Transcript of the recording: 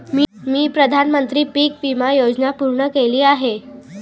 मी प्रधानमंत्री पीक विमा योजना पूर्ण केली आहे